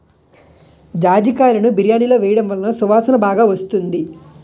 జాజికాయలును బిర్యానిలో వేయడం వలన సువాసన బాగా వస్తుంది